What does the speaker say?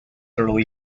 early